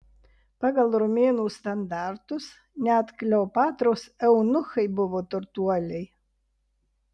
pagal romėnų standartus net kleopatros eunuchai buvo turtuoliai